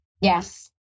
Yes